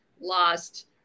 lost